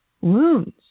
wounds